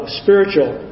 spiritual